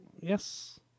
yes